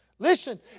Listen